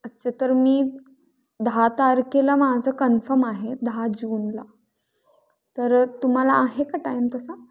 अच्छा तर मी दहा तारखेला माझं कन्फम आहे दहा जूनला तर तुम्हाला आहे का टाईम तसा